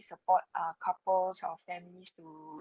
support um couples of them wish to